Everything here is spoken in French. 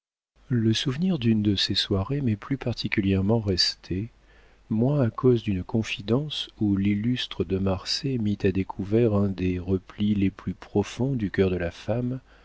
le souvenir d'une de ces soirées m'est plus particulièrement resté moins à cause d'une confidence où l'illustre de marsay mit à découvert un des replis les plus profonds du cœur de la femme